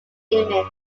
image